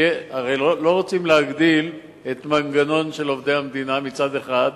הרי לא רוצים להגדיל את המנגנון של עובדי המדינה מצד אחד,